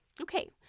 Okay